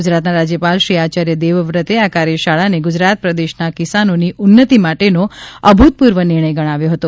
ગુજરાતના રાજ્યપાલ શ્રી આચાર્ય દેવવ્રતે આ કાર્યશાળાને ગુજરાત પ્રદેશના કિસાનોની ઉન્નતિ માટેનો અભૂતપૂર્વ નિર્ણય ગણાવ્યો હતો